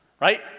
Right